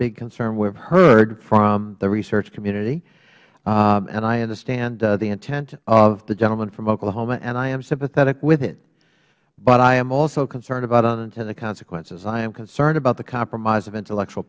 big concern we have heard from the research community and i understand the intent of the gentleman from oklahoma and i am sympathetic with him but i am also concerned about unintended consequences i am concerned about the compromise of intellectual